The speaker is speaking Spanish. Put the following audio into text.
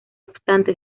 obstante